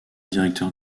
directeur